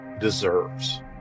deserves